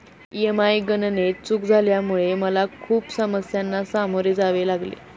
EMI गणनेत चूक झाल्यामुळे मला खूप समस्यांना सामोरे जावे लागले